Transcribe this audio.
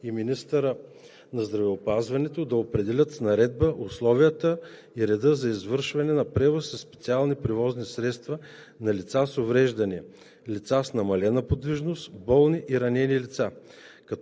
и министърът на здравеопазването да определят с наредба условията и реда за извършването на превоз със специални превозни средства на лица с увреждания, лица с намалена подвижност, болни и ранени лица.